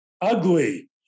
ugly